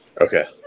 Okay